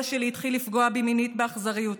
שלי התחיל לפגוע בי מינית באכזריות.